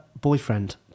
boyfriend